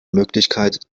möglichkeit